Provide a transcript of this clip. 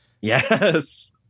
Yes